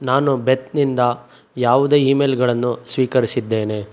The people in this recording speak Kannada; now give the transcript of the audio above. ನಾನು ಬೆತ್ನಿಂದ ಯಾವುದೇ ಇಮೇಲ್ಗಳನ್ನು ಸ್ವೀಕರಿಸಿದ್ದೇನೆ